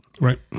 Right